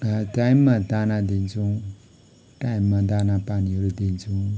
टाइममा दाना दिन्छौँ टाइममा दाना पानीहरू दिन्छौँ